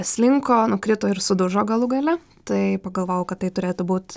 slinko nukrito ir sudužo galų gale tai pagalvojau kad tai turėtų būt